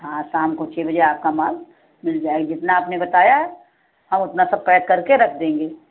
हाँ शाम को छः बजे आपका माल मिल जाए जितना आपने बताया है हम उतना सब पैक करके रख देंगे